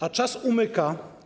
A czas umyka.